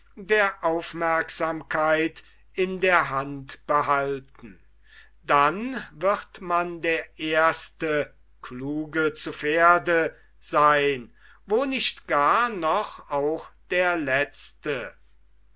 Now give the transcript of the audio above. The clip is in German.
der aufmerksamkeit in der hand behalten dann wird man der erste kluge zu pferde spanisches sprichwort keiner ist klug zu pferde seyn wo nicht gar noch auch der letzte